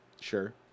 Sure